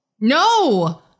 No